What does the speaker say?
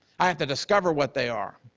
i have to discover what they are,